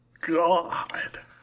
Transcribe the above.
god